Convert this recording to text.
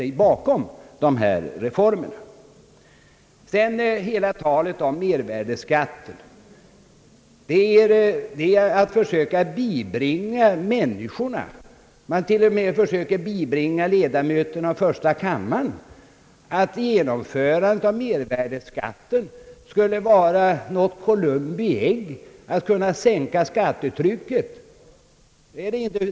Sedan vill jag säga att hela talet om mervärdeskatten innebär ett försök att bibringa människorna, till och med 1ledamöterna av första kammaren, den uppfattningen att införandet av en mervärdeskatt skulle vara något av Columbi ägg för att kunna sänka skattetrycket.